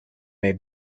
may